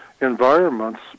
environments